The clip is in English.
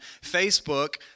Facebook